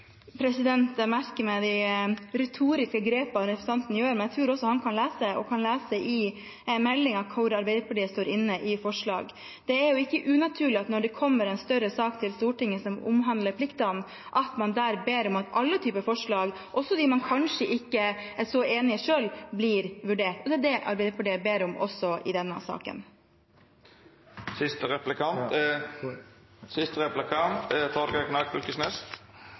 Jeg merker meg de retoriske grepene representanten gjør, men jeg tror også han kan lese, og han kan lese i innstillingen hvor Arbeiderpartiet står inne i forslag. Det er jo ikke unaturlig at man når det kommer en større sak til Stortinget som omhandler pliktene, i den forbindelse ber om at alle typer forslag, også dem man kanskje ikke er så enig i selv, blir vurdert. Det er det Arbeiderpartiet ber om også i denne saken.